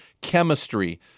chemistry